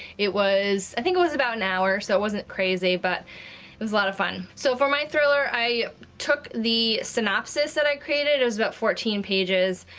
it was, i think it was about an hour, so it wasn't crazy, but it was a lot of fun. so for my thriller, i took the synopsis that i created, it was about fourteen pages,